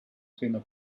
sino